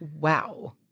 Wow